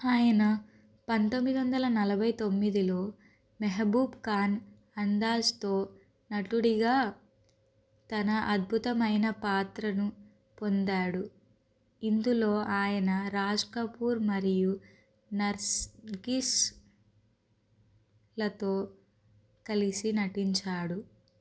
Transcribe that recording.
ఆయన పంతొమ్మిది వందల నలభై తొమ్మిదిలో మెహబూబ్ ఖాన్ అందాజ్తో నటుడిగా తన అద్భుతమైన పాత్రను పొందాడు ఇందులో ఆయన రాజ్ కపూర్ మరియు నర్స్ నర్గీస్లతో కలిసి నటించాడు